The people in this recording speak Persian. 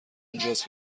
اونجاست